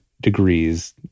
degrees